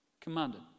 commanded